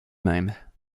même